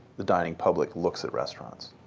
the dining public looks at restaurants.